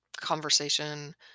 conversation